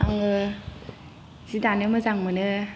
आङो जि दानो मोजां मोनो